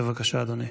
בבקשה, אדוני.